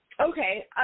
okay